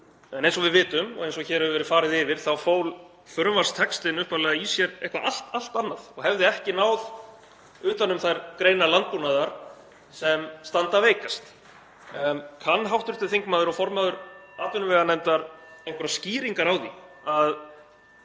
En eins og við vitum og eins og hér hefur verið farið yfir þá fól frumvarpstextinn upphaflega í sér eitthvað allt annað og hefði ekki náð utan um þær greinar landbúnaðar sem standa veikast. (Forseti hringir.) Kann hv. þingmaður og formaður atvinnuveganefndar einhverjar skýringar á því að